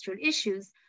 issues